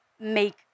make